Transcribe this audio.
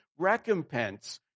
Recompense